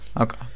Okay